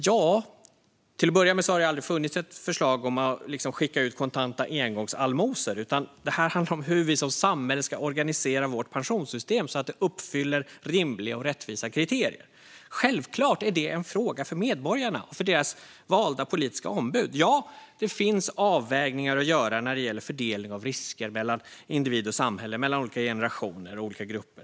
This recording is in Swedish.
Till att börja med har det ju aldrig funnits något förslag om att skicka ut kontanta engångsallmosor, utan det handlar om hur vi som samhälle ska organisera vårt pensionssystem så att det uppfyller rimliga och rättvisa kriterier. Självklart är det en fråga för medborgarna och deras valda politiska ombud! Ja, det finns avvägningar att göra när det gäller fördelning av risker mellan individ och samhälle, mellan olika generationer och olika grupper.